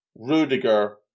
Rudiger